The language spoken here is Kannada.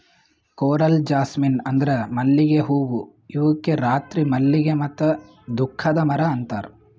ಕೋರಲ್ ಜಾಸ್ಮಿನ್ ಅಂದುರ್ ಮಲ್ಲಿಗೆ ಹೂವು ಇವುಕ್ ರಾತ್ರಿ ಮಲ್ಲಿಗೆ ಮತ್ತ ದುಃಖದ ಮರ ಅಂತಾರ್